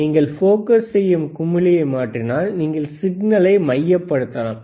நீங்கள் போகஸ் செய்யும் குமிழியை மாற்றினால் நீங்கள் சிக்னலை மையப்படுத்தலாம்